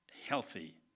healthy